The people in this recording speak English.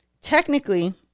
technically